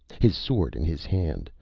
his sword in his hand,